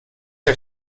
are